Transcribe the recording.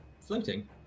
floating